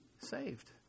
saved